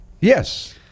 Yes